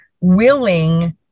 willing